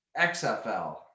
XFL